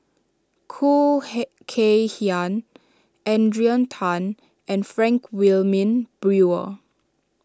Khoo Kay Hian Adrian Tan and Frank Wilmin Brewer